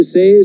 Say